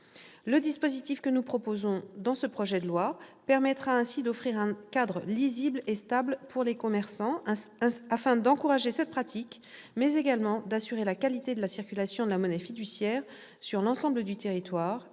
Le dispositif que nous proposons dans ce projet de loi permettra ainsi d'offrir un cadre lisible et stable pour les commerçants, afin d'encourager cette pratique, mais également d'assurer la qualité de la circulation de la monnaie fiduciaire sur l'ensemble du territoire et de prévenir les risques de blanchiment